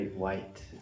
white